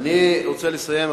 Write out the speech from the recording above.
אני רוצה לסיים,